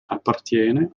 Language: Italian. appartiene